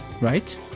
right